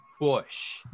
bush